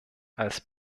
als